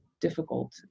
difficult